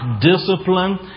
discipline